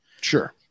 Sure